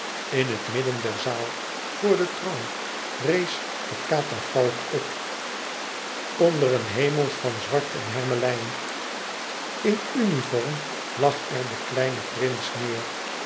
in het midden der zaal voor den troon rees de katafalk op onder een hemel van zwart en hermelijn in uniform lag er de kleine prins neêr